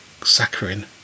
saccharin